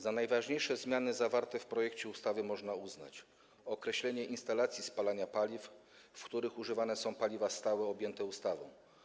Za najważniejsze zmiany zawarte w projekcie ustawy można uznać m.in. określenie instalacji spalania paliw, w których używane są paliwa stałe objęte ustawą.